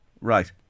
Right